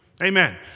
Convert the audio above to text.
Amen